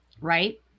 Right